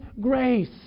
grace